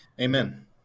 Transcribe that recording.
Amen